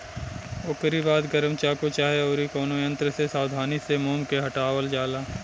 ओकरी बाद गरम चाकू चाहे अउरी कवनो यंत्र से सावधानी से मोम के हटावल जाला